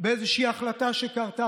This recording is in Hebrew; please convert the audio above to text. על איזשהו רגע מכריע שכזה,